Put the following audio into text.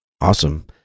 Awesome